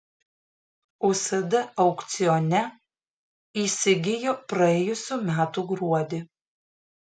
usd aukcione įsigijo praėjusių metų gruodį